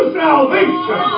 salvation